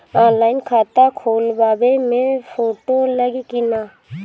Online खाता खोलबाबे मे फोटो लागि कि ना?